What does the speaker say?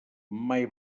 mai